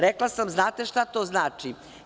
Rekla sam, znate šta to znači?